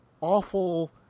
awful